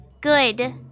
good